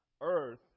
earth